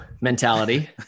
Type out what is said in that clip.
mentality